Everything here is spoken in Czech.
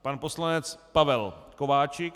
Pan poslanec Pavel Kováčik.